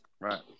Right